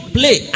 play